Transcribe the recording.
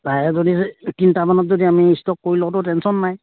তাৰে যদি তিনিটামানত যদি আমি ষ্টক কৰি লওঁ ত' টেনশ্য়ন নাই